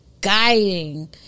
guiding